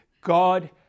God